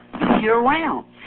year-round